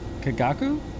Kagaku